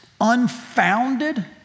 unfounded